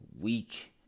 week